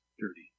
dirty